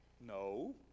No